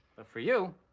but for you,